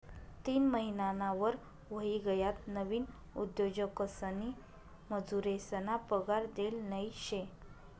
तीन महिनाना वर व्हयी गयात नवीन उद्योजकसनी मजुरेसना पगार देल नयी शे